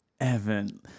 Evan